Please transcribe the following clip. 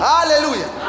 Hallelujah